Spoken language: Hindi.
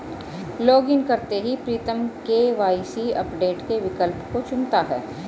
लॉगइन करते ही प्रीतम के.वाई.सी अपडेट के विकल्प को चुनता है